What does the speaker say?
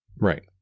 Right